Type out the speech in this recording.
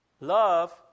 Love